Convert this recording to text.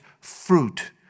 fruit